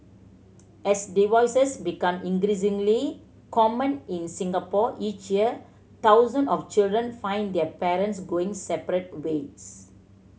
as divorces become increasingly common in Singapore each year thousand of children find their parents going separate ways